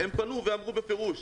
פנו ואמרו בפירוש,